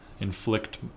inflict